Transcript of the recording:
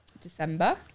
December